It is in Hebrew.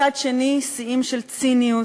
מצד שני שיאים של ציניות,